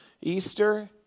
Easter